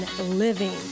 living